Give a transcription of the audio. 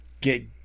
get